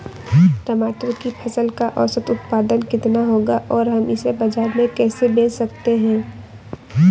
टमाटर की फसल का औसत उत्पादन कितना होगा और हम इसे बाजार में कैसे बेच सकते हैं?